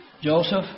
Joseph